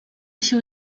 się